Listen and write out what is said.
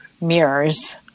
mirrors